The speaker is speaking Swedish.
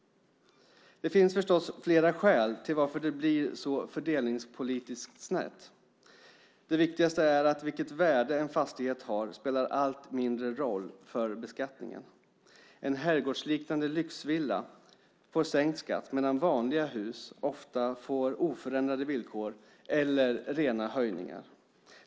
Det finns förstås flera skäl till att det blir så fördelningspolitiskt snett. Det viktigaste är att vilket värde en fastighet har spelar allt mindre roll för beskattningen. En herrgårdsliknande lyxvilla får sänkt skatt, medan vanliga hus ofta får oförändrade villkor eller rena höjningar.